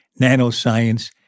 nanoscience